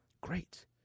Great